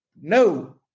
No